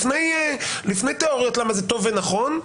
לפני תיאוריות למה זה טוב ונכון,